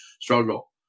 struggle